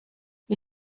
wie